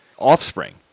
offspring